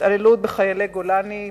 התעללות בחיילי גולני,